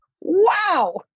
wow